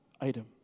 item